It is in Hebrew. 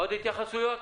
עוד התייחסויות?